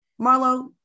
Marlo